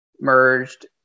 merged